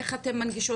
איך אתן מנגישות?